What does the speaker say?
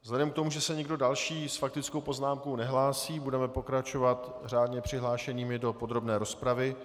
Vzhledem k tomu, že se nikdo další s faktickou poznámkou nehlásí, budeme pokračovat řádně přihlášenými do podrobné rozpravy.